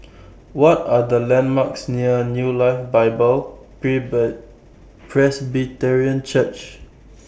What Are The landmarks near New Life Bible Presbyterian Church